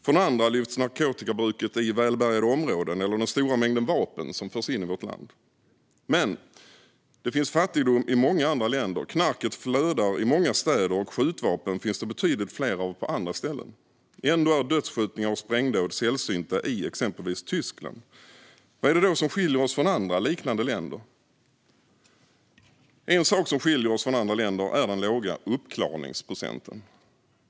Från andra håll lyfter man fram narkotikabruket i välbärgade områden eller den stora mängd vapen som förs in i vårt land. Men det finns fattigdom i många andra länder. Knarket flödar i många städer, och skjutvapen finns det betydligt fler av på andra ställen. Ändå är dödsskjutningar och sprängdåd sällsynta i exempelvis Tyskland. Vad är det då som skiljer oss från andra liknande länder? En sak som skiljer oss från andra länder är den låga uppklaringsprocenten.